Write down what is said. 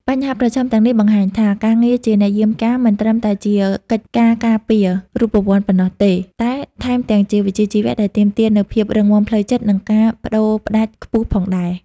បញ្ហាប្រឈមទាំងនេះបង្ហាញថា ការងារជាអ្នកយាមកាមមិនត្រឹមតែជាកិច្ចការការពាររូបវន្តប៉ុណ្ណោះទេ តែថែមទាំងជាវិជ្ជាជីវៈដែលទាមទារនូវភាពរឹងមាំផ្លូវចិត្ត និងការប្តូរផ្តាច់ខ្ពស់ផងដែរ។